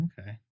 Okay